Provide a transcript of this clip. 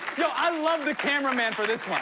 yo, i love the cameraman for this like